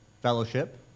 fellowship